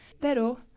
Pero